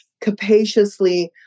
capaciously